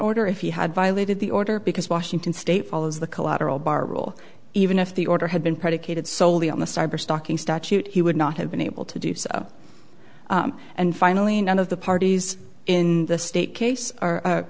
order if he had violated the order because washington state follows the collateral bar rule even if the order had been predicated solely on the cyberstalking statute he would not have been able to do so and finally none of the parties in the state case